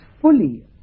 fully